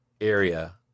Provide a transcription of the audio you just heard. area